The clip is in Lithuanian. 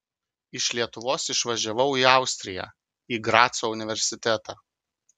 iš lietuvos išvažiavau į austriją į graco universitetą